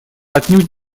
отнюдь